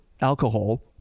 alcohol